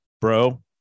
Bro